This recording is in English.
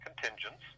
contingents